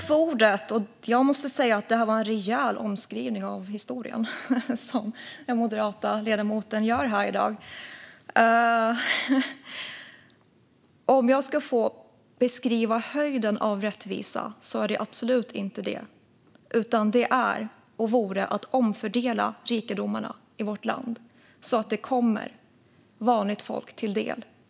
Fru talman! Den moderata ledamoten gör här en rejäl omskrivning av historien. Om jag får beskriva höjden av rättvisa ser den absolut inte ut så där. Det vore i stället att omfördela rikedomarna i vårt land så att de kommer vanligt folk till del.